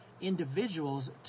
individuals